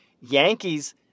Yankees